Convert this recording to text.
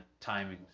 timings